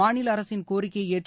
மாநில அரசின் கோரிக்கையை ஏற்று